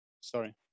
sorry